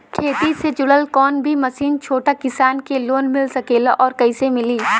खेती से जुड़ल कौन भी मशीन छोटा किसान के लोन मिल सकेला और कइसे मिली?